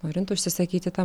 norint užsisakyti tą